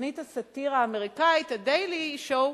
תוכנית הסאטירה האמריקנית, ה"דיילי שואו",